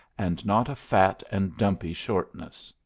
and not a fat and dumpy shortness.